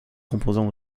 composant